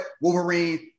Wolverine